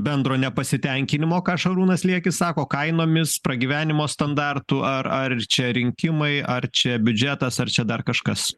bendro nepasitenkinimo ką šarūnas liekis sako kainomis pragyvenimo standartu ar ar ir čia rinkimai ar čia biudžetas ar čia dar kažkas